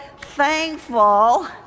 thankful